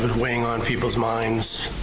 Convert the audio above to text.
weighing on people's minds,